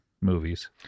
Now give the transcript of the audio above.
movies